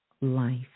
life